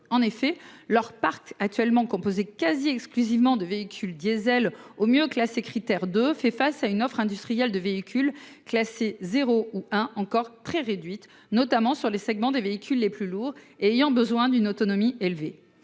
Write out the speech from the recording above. En effet, leur parc, composé quasi exclusivement de véhicules diesel classés au mieux Crit'Air 2, est tributaire d'une offre industrielle de véhicules classés 0 ou 1 encore très réduite, notamment sur les segments des véhicules les plus lourds et ayant besoin d'une autonomie élevée.